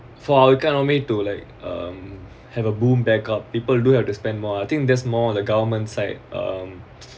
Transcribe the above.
for our economy to like um have a boom backup people do have to spend more I think there's more the government side um